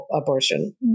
abortion